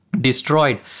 destroyed